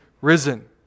risen